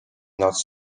nad